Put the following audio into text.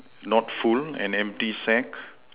not full an empty sack